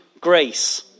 grace